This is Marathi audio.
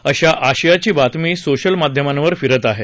अशा आशयाची बातमी सोशल माध्यमांवर फिरत आहे